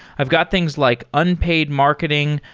i've got things like unpaid marketing,